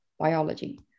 biology